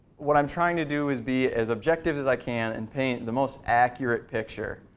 what i'm trying to do is be as objective as i can and paint the most accurate picture.